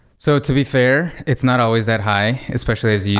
so to be fair, it's not always that high, especially as yeah